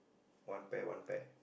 one pair one pair